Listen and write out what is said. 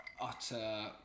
utter